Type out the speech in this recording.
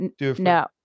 no